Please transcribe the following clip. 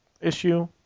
issue